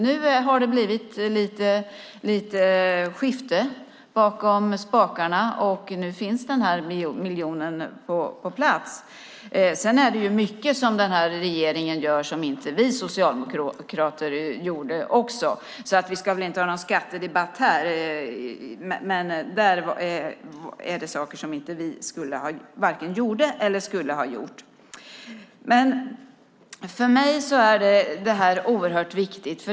Nu har det blivit ett skifte bakom spakarna. Nu finns den här miljonen på plats. Sedan är det mycket som den här regeringen gör som inte vi socialdemokrater gjorde. Vi ska väl inte ha någon skattedebatt här, men där finns det saker som vi varken gjorde eller skulle ha gjort. För mig är det här oerhört viktigt.